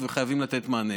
וחייבים לתת מענה.